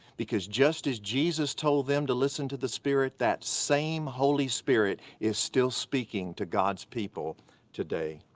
because just as jesus told them to listen to the spirit, that same holy spirit is still speaking to god's people today.